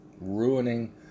Ruining